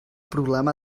problema